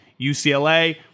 UCLA